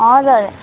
हजुर